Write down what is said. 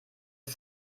ist